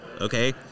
okay